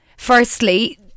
Firstly